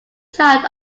child